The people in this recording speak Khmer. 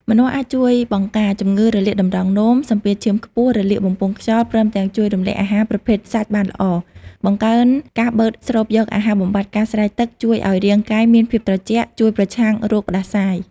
ម្នាស់ អាចជួយបង្ការ ជំងឺរលាកតម្រងនោម សម្ពាធឈាមខ្ពស់ រលាកបំពង់ខ្យល់ ព្រមទាំងជួយរំលាយអាហារប្រភេទសាច់បានល្អ បង្កើនការបឺតស្រូបយកអាហារបំបាត់ការស្រេកទឹក ជួយអោយរាងកាយមានភាពត្រជាក់ ជួយប្រឆាំងរោគផ្តាសាយ ។